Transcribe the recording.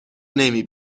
نمی